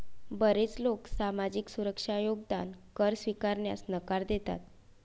बरेच लोक सामाजिक सुरक्षा योगदान कर स्वीकारण्यास नकार देतात